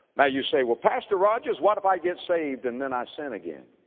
now you say, well, pastor rogers, what if i get saved and then i sin again?